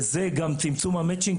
וזה גם צמצום המצ'ינג,